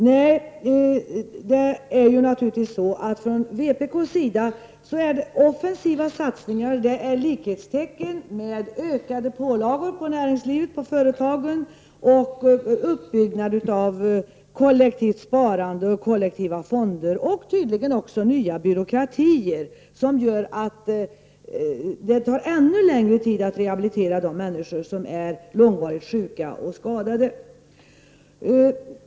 Offensiva satsningar från vpk:s sida är naturligtvis lika med ökade pålagor på näringslivet och på företagen, uppbyggnad av kollektivt sparande och kollektiva fonder och tydligen också nya byråkratier, som gör att det tar ännu längre tid att rehabilitera de människor som är långvarigt sjuka och skadade.